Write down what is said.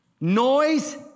noise